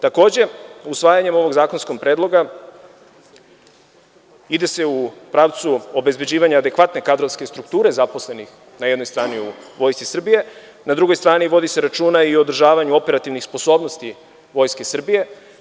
Takođe, usvajanjem ovog zakonskog predloga ide se u pravcu obezbeđivanja adekvatne kadrovske strukture zaposlenih na jednoj strani u Vojsci Srbije, a na drugoj strani vodi se računa i o održavanju operativnih sposobnosti Vojske Srbije.